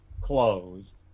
closed